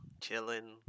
Chilling